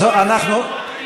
לא הסכמנו,